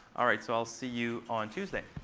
all right, so i'll see you on tuesday